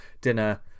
dinner